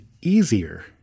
easier